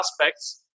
aspects